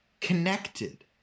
connected